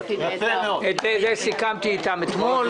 את זה סיכמתי איתם אתמול.